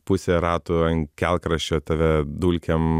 pusė ratų ant kelkraščio tave dulkėm